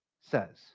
says